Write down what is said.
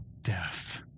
death